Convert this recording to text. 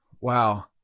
wow